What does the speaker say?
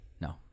No